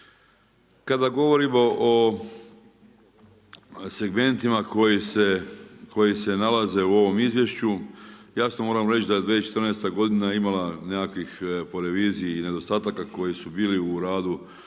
Kada govorimo o segmentima koji se nalaze u ovome izvješću, jasno moramo reći da je 2014. godina imala nekakvih po reviziji nedostataka koji su bili u radu,